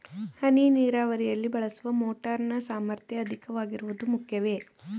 ಹನಿ ನೀರಾವರಿಯಲ್ಲಿ ಬಳಸುವ ಮೋಟಾರ್ ನ ಸಾಮರ್ಥ್ಯ ಅಧಿಕವಾಗಿರುವುದು ಮುಖ್ಯವೇ?